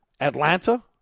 Atlanta